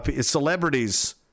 celebrities